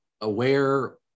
aware